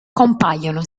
compaiono